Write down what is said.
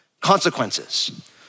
consequences